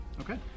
Okay